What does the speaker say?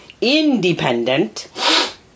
independent